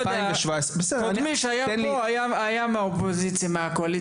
יודע מי היה פה היה מהקואליציה לשעבר,